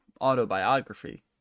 autobiography